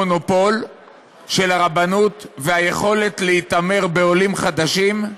המונופול של הרבנות והיכולת להתעמר בעולים חדשים,